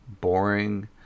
boring